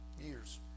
years